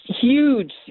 huge